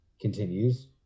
continues